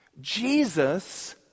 Jesus